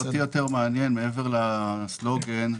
מעבר לסלוגן,